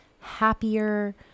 happier